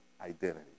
identity